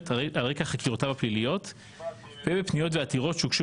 על רקע חקירותיו הפליליות ובפניות ועתירות שהוגשו